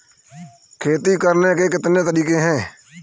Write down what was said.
खेती करने के कितने तरीके हैं?